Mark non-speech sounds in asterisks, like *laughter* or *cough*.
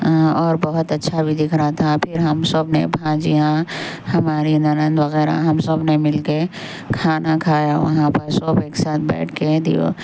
اور بہت اچھا بھی دکھ رہا تھا پھر ہم سب نے بھانجیاں ہماری نند وغیرہ ہم سب نے مل کے کھانا کھایا وہاں پر سب ایک ساتھ بیٹھ کے *unintelligible*